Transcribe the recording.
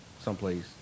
someplace